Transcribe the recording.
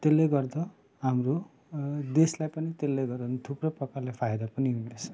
त्यसले गर्दा हाम्रो देशलाई पनि त्यसले गर्दा पनि थुप्रो प्रकारले फाइदा पनि हुँदैछ